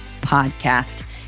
podcast